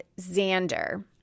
Xander